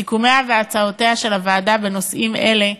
סיכומיה והצעותיה של הוועדה בנושאים אלה,